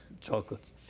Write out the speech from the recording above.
chocolates